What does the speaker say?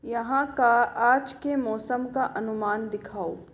यहाँ का आज के मौसम का अनुमान दिखाओ